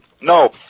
No